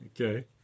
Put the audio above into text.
Okay